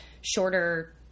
shorter